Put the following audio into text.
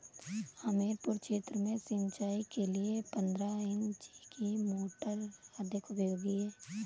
हमीरपुर क्षेत्र में सिंचाई के लिए पंद्रह इंची की मोटर अधिक उपयोगी है?